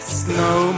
snow